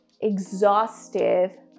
exhaustive